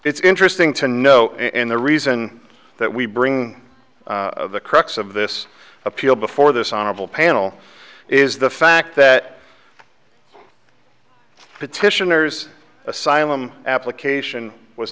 it's interesting to know and the reason that we bring the crux of this appeal before this honorable panel is the fact that petitioners asylum application was